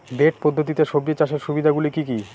Bed পদ্ধতিতে সবজি চাষের সুবিধাগুলি কি কি?